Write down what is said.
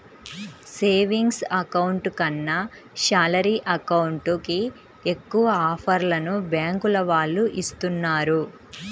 savings account కన్నా salary account కి ఎక్కువ ఆఫర్లను బ్యాంకుల వాళ్ళు ఇస్తున్నారు